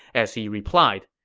as he replied,